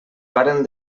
varen